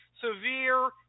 severe